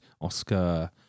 Oscar